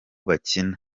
bakina